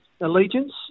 allegiance